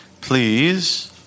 Please